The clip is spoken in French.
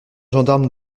gendarme